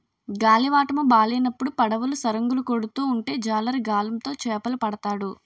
గాలివాటము బాలేనప్పుడు పడవలు సరంగులు కొడుతూ ఉంటే జాలరి గాలం తో చేపలు పడతాడు